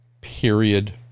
period